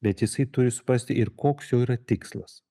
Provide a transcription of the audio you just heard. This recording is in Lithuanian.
bet jisai turi suprasti ir koks jo yra tikslas